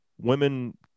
women